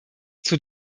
zur